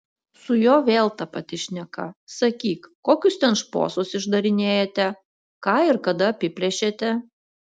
su juo vėl ta pati šneka sakyk kokius ten šposus išdarinėjate ką ir kada apiplėšėte